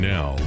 Now